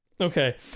Okay